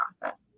process